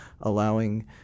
allowing